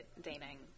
dating